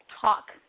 talk